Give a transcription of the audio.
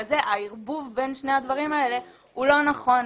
הערבוב בין שני הדברים האלה הוא לא נכון.